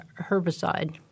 herbicide